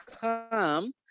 come